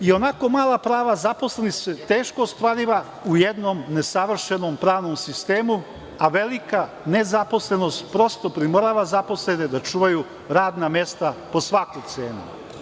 Ionako mala prava zaposlenih su teško ostvarljiva u jednom nesavršenom pravnom sistemu, a velika nezaposlenost prosto primorava zaposlene da čuvaju radna mesta po svaku cenu.